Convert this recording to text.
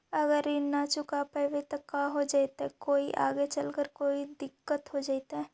अगर ऋण न चुका पाई न का हो जयती, कोई आगे चलकर कोई दिलत हो जयती?